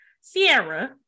Sierra